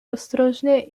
ostrożnie